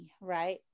right